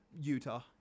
Utah